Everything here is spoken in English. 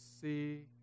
see